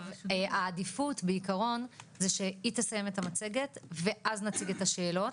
העדיפות בעיקרון זה שהיא תסיים את המצגת ואז נציג את השאלות,